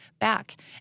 back